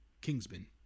Kingsman